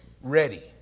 ready